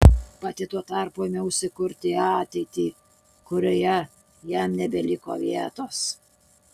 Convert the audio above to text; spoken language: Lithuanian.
pati tuo tarpu ėmiausi kurti ateitį kurioje jam nebeliko vietos